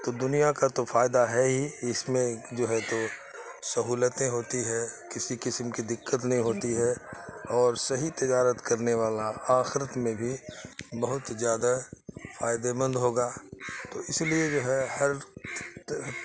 تو دنیا کا تو فائدہ ہے ہی اس میں جو ہے تو سہولتیں ہوتی ہے کسی قسم کی دقت نہیں ہوتی ہے اور صحیح تجارت کرنے والا آخرت میں بھی بہت زیادہ فائدے مند ہوگا تو اس لیے جو ہے ہر